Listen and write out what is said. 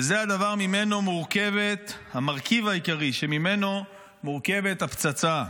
וזה המרכיב העיקרי שממנו מורכבת הפצצה.